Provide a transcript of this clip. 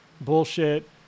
bullshit